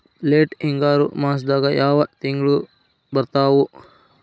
Late ಹಿಂಗಾರು ಮಾಸದಾಗ ಯಾವ್ ತಿಂಗ್ಳು ಬರ್ತಾವು?